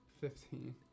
Fifteen